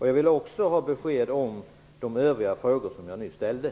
Jag vill också ha besked beträffande övriga frågor som jag nyss ställt.